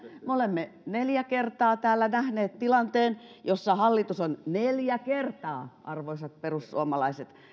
me olemme neljä kertaa nähneet tilanteen jossa hallitus on neljä kertaa arvoisat perussuomalaiset